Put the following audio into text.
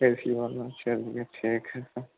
ए C वाला चलिए ठीक है सर